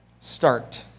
start